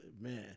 man